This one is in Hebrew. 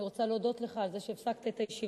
אני רוצה להודות לך על זה שהפסקת את הישיבה.